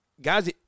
guys –